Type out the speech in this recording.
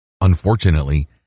Unfortunately